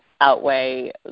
outweigh